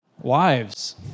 Wives